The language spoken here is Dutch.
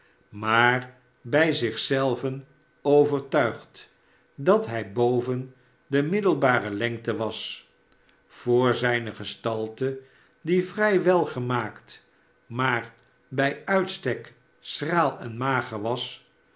maar bij zich zelven overtuigd dat hij boven de middelbare lengte was voor zijne gettalte die vrij welgemaakt maar bijuitstek schraal en mager was